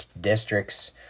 districts